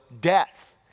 death